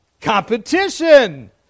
Competition